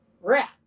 wrap